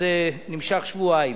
זה נמשך שבועיים,